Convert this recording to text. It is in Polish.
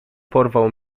porwał